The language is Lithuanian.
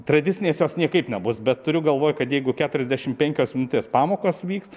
tradicinės jos niekaip nebus bet turiu galvoj kad jeigu keturiasdešimt penkios minutės pamokos vykst